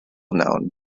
known